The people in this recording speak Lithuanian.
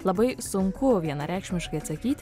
labai sunku vienareikšmiškai atsakyti